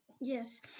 Yes